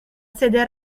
sede